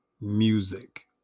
music